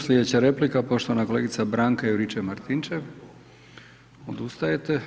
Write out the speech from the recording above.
Slijedeća replika poštovana kolegica Branka Juričev-Martinčev, odustajete.